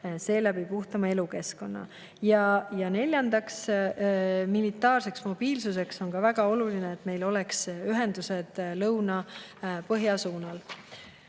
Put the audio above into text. seeläbi puhtama elukeskkonna. Ja neljandaks, militaarseks mobiilsuseks on ka väga oluline, et meil oleks ühendused lõuna-põhja suunal. Teine